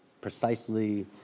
precisely